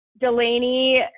Delaney